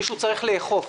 מישהו צריך לאכוף,